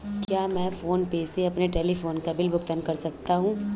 क्या मैं PhonePe से अपने टेलीफोन बिल का भुगतान कर सकता हूँ?